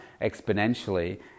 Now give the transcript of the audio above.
exponentially